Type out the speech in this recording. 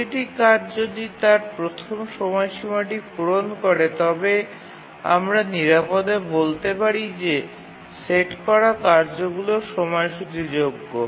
প্রতিটি কাজ যদি তার প্রথম সময়সীমাটি পূরণ করে তবে আমরা নিরাপদে বলতে পারি যে সেট করা কার্যগুলি সময়সূচীযোগ্য